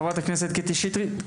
חברת הכנסת קטי שטרית.